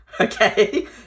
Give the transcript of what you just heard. okay